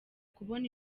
kubona